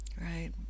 right